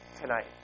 tonight